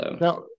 Now